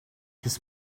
his